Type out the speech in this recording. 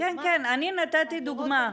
לעומת -- כן, כן, אני נתתי דוגמה.